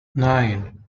nine